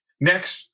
next